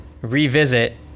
revisit